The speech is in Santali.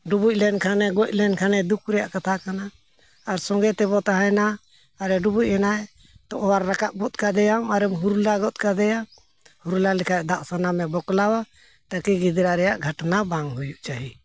ᱰᱩᱵᱩᱡ ᱞᱮᱱ ᱠᱷᱟᱱᱮ ᱜᱚᱡ ᱞᱮᱱᱠᱷᱟᱱᱮ ᱫᱩᱠ ᱨᱮᱭᱟᱜ ᱠᱟᱛᱷᱟ ᱠᱟᱱᱟ ᱟᱨ ᱥᱚᱸᱜᱮ ᱛᱮᱵᱚᱱ ᱛᱟᱦᱮᱱᱟ ᱟᱨᱮ ᱰᱩᱵᱩᱡ ᱮᱱᱟᱭ ᱛᱚ ᱚᱣᱟᱨ ᱨᱟᱠᱟᱵ ᱜᱚᱫ ᱠᱟᱫᱮᱭᱟᱭ ᱟᱨᱮᱢ ᱦᱩᱨᱞᱟᱹ ᱜᱚᱫ ᱠᱟᱫᱮᱭᱟ ᱦᱩᱨᱞᱟᱹ ᱞᱮᱠᱷᱟᱱ ᱫᱟᱜ ᱥᱟᱱᱟᱢᱮ ᱵᱚᱠᱞᱟᱣᱟ ᱛᱟᱹᱠᱤ ᱜᱤᱫᱽᱨᱟᱹ ᱨᱮᱭᱟᱜ ᱜᱷᱚᱴᱚᱱᱟ ᱵᱟᱝ ᱦᱩᱭᱩᱜ ᱪᱟᱹᱦᱤ